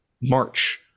march